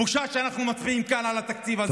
בושה שאנחנו מתריעים כאן על התקציב הזה.